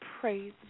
praise